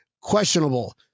questionable